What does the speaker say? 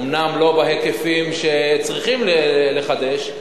אומנם לא בהיקפים שצריכים לחדש,